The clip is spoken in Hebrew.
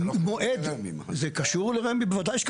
זה קשור לרמ"י בוודאי.